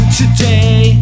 today